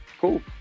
Cool